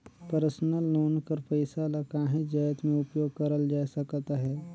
personal loan कर पइसा ल काहींच जाएत में उपयोग करल जाए सकत अहे